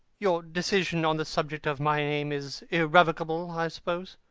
your decision on the subject of my name is irrevocable, i suppose?